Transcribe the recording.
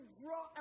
draw